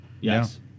Yes